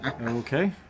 Okay